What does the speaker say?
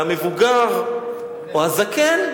והמבוגר או הזקן,